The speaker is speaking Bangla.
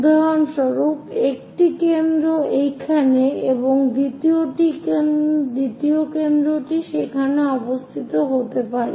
উদাহরণস্বরূপ একটি কেন্দ্র এইখানে এবং দ্বিতীয় কেন্দ্রটি সেখানে অবস্থিত হতে পারে